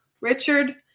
Richard